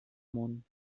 món